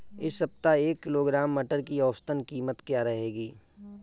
इस सप्ताह एक किलोग्राम मटर की औसतन कीमत क्या रहेगी?